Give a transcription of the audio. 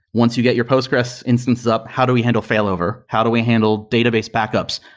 once you get your postgres instance up, how do we handle failover? how do we handle database backups?